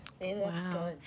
Wow